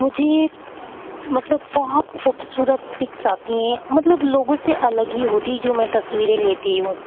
مجھے مطلب بہت خوبصورت پکس آتی ہیں مطلب لوگوں سے الگ ہی ہوتی جو میں تصویریں لیتی ہوں